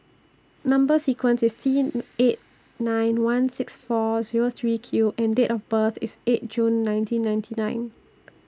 Number sequence IS T eight nine one six four Zero three Q and Date of birth IS eight June nineteen ninety nine